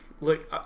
Look